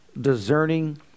discerning